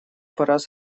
пора